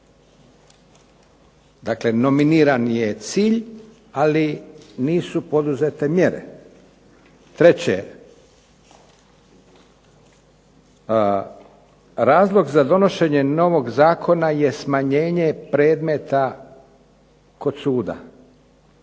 Dakle, nominiran je cilj ali nisu poduzete mjere. Treće. Razlog za donošenje novog zakona je smanjenje predmeta kod suda.